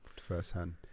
firsthand